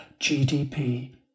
GDP